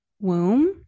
womb